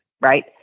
right